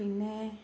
പിന്നെ